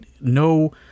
no